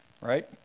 right